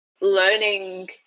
learning